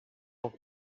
poc